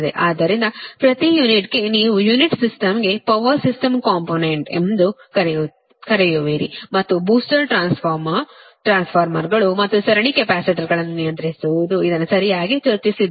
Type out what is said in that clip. ಆದ್ದರಿಂದ ಪ್ರತಿ ಯೂನಿಟ್ಗೆ ನೀವು ಯುನಿಟ್ ಸಿಸ್ಟಮ್ಗೆ ಪವರ್ ಸಿಸ್ಟಮ್ ಕಾಂಪೊನೆಂಟ್ ಎಂದು ಕರೆಯುವಿರಿ ಮತ್ತು ಬೂಸ್ಟರ್ ಟ್ರಾನ್ಸ್ಫಾರ್ಮರ್ ಟ್ರಾನ್ಸ್ಫಾರ್ಮರ್ಗಳು ಮತ್ತು ಸರಣಿ ಕೆಪಾಸಿಟರ್ಗಳನ್ನುನಿಯಂತ್ರಿಸುವುದು ಇದನ್ನು ಸರಿಯಾಗಿ ಚರ್ಚಿಸಿದ್ದೇವೆ